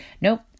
nope